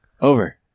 over